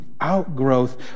outgrowth